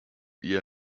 year